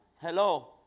hello